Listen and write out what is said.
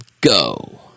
go